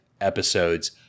episodes